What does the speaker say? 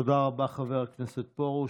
תודה רבה, חבר הכנסת פרוש.